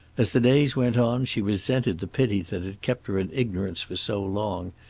as the days went on she resented the pity that had kept her in ignorance for so long,